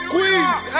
Queens